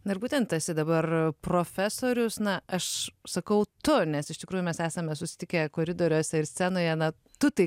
na ir būtent esi dabar profesorius na aš sakau tu nes iš tikrųjų mes esame susitikę koridoriuose ir scenoje na tu tai